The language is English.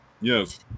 Yes